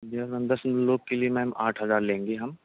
یس ma'am دس لوگ کے لیے میم آٹھ ہزار لیں گے ہم